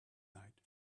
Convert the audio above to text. night